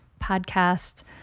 podcast